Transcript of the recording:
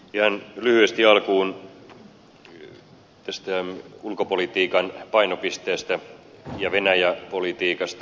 ihan lyhyesti alkuun tästä ulkopolitiikan painopisteestä ja venäjä politiikasta